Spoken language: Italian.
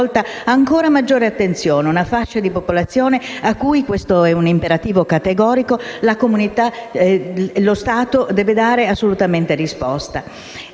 ancora maggiore attenzione. Si tratta di una fascia di popolazione a cui - è un imperativo categorico - lo Stato deve dare assolutamente risposta.